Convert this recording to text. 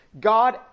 God